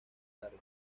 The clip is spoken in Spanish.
tarde